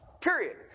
Period